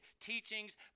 teachings